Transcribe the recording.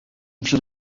wśród